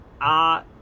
Ah-